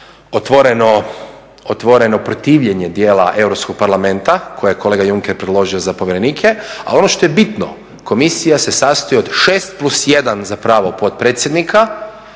otvoreno protivljenje dijela Europskog parlamenta koje je kolega Juncker predložio za povjerenike. Ali ono što je bitno komisija se sastoji od 6 + 1 zapravo potpredsjednika,